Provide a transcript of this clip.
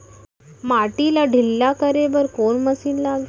माटी ला ढिल्ला करे बर कोन मशीन लागही?